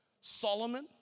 Solomon